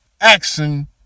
Action